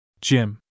Jim